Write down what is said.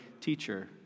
teacher